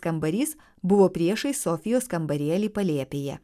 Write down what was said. kambarys buvo priešais sofijos kambarėlį palėpėje